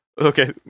Okay